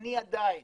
אני עדיין